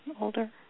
older